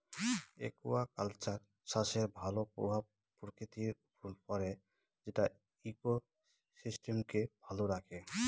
aquaculture চাষের ভালো প্রভাব প্রকৃতির উপর পড়ে যেটা ইকোসিস্টেমকে ভালো রাখে